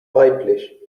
weiblich